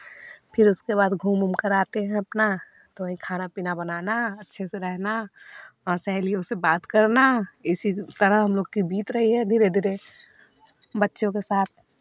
फिर उसके बाद घूम उम कर आते हैं अपना तो वही खाना पीना बनाना अच्छे से रहना और सहेलियों से बात करना इसी तरह हम लोग की बीत रही है धीरे धीरे बच्चों के साथ